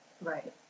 Right